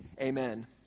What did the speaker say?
Amen